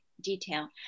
detail